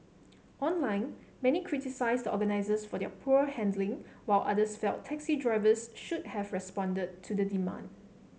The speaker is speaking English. online many criticised the organisers for their poor handling while others felt taxi drivers should have responded to the demand